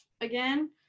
again